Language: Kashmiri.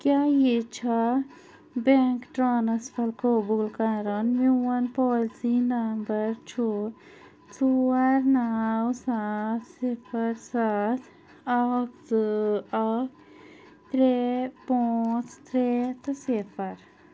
کیٛاہ یہِ چھا بیٚنٛک ٹرٛانٕسفر قبوٗل کَران میٛون پالیسی نبمر چھُ ژور نو سَتھ صِفر سَتھ اَکھ زٕ اَکھ ترٛےٚ پٲنٛژھ ترٛےٚ تہٕ صِفر